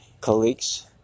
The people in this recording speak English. colleagues